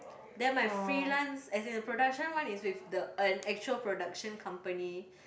then my freelance as in the production one is with the an actual production company